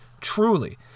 truly